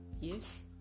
yes